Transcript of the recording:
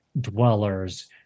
dwellers